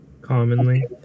commonly